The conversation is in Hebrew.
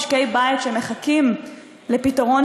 משקי בית שמחכים לפתרון,